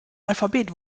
alphabet